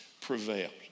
prevailed